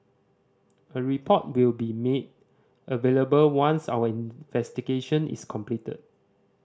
a report will be made available once our investigation is completed